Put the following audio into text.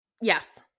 Yes